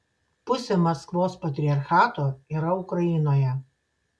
pusė maskvos patriarchato yra ukrainoje